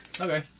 Okay